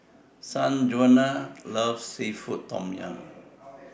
Sanjuana loves Seafood Tom Yum